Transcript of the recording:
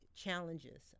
Challenges